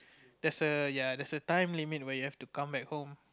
there's a ya there's a time limit where you have to come back home